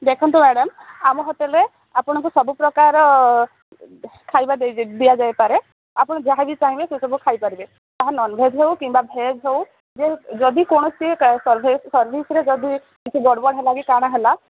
ଦେଖନ୍ତୁ ମ୍ୟାଡମ୍ ଆମ ହୋଟେଲରେ ଆପଣଙ୍କୁ ସବୁ ପ୍ରକାରର ଖାଇବା ଦେଇ ଦିଆଯାଇପାରେ ଆପଣ ଯାହା ବିି ଚାହିଁବେ ସେସବୁ ଖାଇପାରିବେ ତାହା ନନଭେଜ ହେଉ କିମ୍ବା ଭେଜ୍ ହେଉ ଯଦି କୌଣସି ସର୍ଭିସରେ ଯଦି କିଛି ଗଡ଼ ବଡ଼ ହେଲା କି କ'ଣ ହେଲା